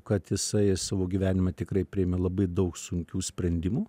kad jisai savo gyvenime tikrai priėmė labai daug sunkių sprendimų